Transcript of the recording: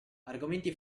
argomenti